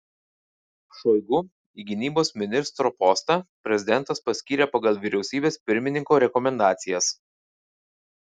šoigu į gynybos ministro postą prezidentas paskyrė pagal vyriausybės pirmininko rekomendacijas